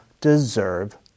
deserve